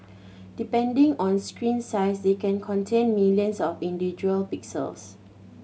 depending on screen size they can contain millions of individual pixels